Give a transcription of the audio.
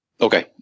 Okay